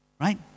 Right